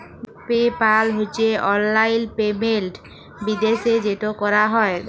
pay পাল হছে অললাইল payment বিদ্যাশে যেট ক্যরা হ্যয়